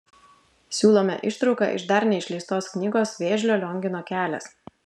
siūlome ištrauką iš dar neišleistos knygos vėžlio liongino kelias